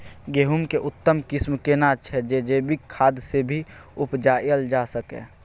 गेहूं के उत्तम किस्म केना छैय जे जैविक खाद से भी उपजायल जा सकते?